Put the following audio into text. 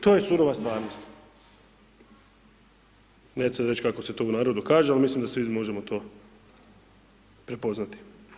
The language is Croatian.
To je surova stvarnost, neću sad reć kako se to u narodu kaže, al mislim da svi možemo to prepoznati.